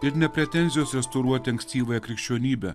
ir ne pretenzijos restauruoti ankstyvąją krikščionybę